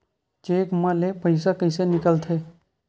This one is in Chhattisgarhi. चेक म ले पईसा कइसे निकलथे?